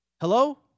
hello